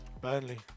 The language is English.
Burnley